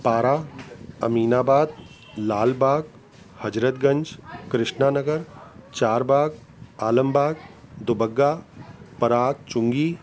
पारां अमीनाबाद लालबाग़ हज़रतगंज कृष्नानगर चारबाग़ आलमबाग़ दुब्बगा पराग चुंगी